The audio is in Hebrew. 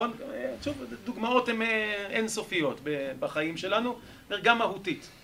דוגמאות הן אינסופיות בחיים שלנו. ערגה מהותית.